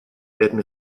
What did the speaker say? werden